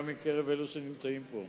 גם מקרב אלה שנמצאים פה.